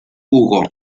hugo